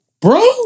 bro